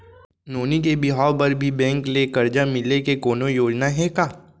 नोनी के बिहाव बर भी बैंक ले करजा मिले के कोनो योजना हे का?